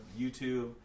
YouTube